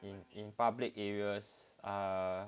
in in public areas uh